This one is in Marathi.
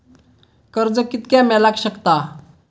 कर्ज कितक्या मेलाक शकता?